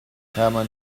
hermann